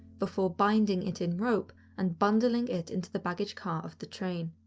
before binding it in rope and bundling it into the baggage car of the train.